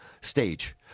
stage